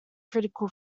critical